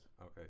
Okay